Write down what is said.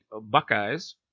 Buckeyes